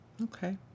Okay